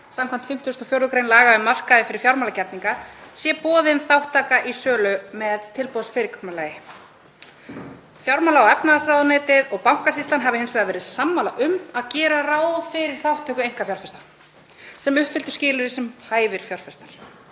skv. 54. gr. laga um markaði fyrir fjármálagerninga sé boðin þátttaka í sölu með tilboðsfyrirkomulagi. Fjármála- og efnahagsráðuneyti og Bankasýslan voru hins vegar sammála um að gera ráð fyrir þátttöku einkafjárfesta sem uppfylltu skilyrði sem hæfir fjárfestar